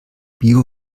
bio